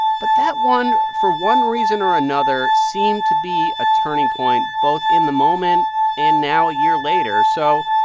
but that one, for one reason or another, seemed to be a turning point both in the moment and now a year later. so,